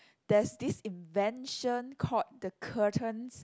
there's this invention called the curtains